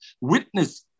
witness